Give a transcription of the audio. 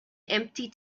empty